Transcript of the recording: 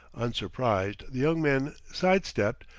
unsurprised, the young man side-stepped,